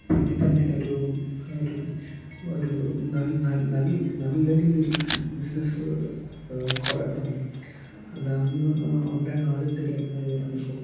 പിന്നെ പിന്നെ ഒരു ഒരു ഒരു നല്ല നല്ല രീതിയിൽ ബിസിനസ് കുറയാൻ തുടങ്ങി അതാണ് ഉണ്ടായ ആദ്യത്ത ഒരു അനുഭവം